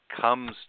comes